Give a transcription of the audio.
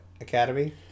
Academy